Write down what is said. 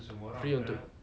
free untuk